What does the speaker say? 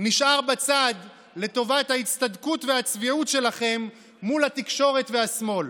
נשאר בצד לטובת ההצטדקות והצביעות שלכם מול התקשורת והשמאל.